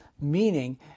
meaning